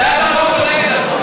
אתה בעד החוק או נגד החוק?